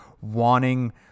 wanting